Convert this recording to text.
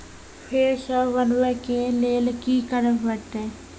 फेर सॅ बनबै के लेल की करे परतै?